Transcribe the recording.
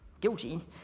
guilty